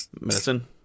medicine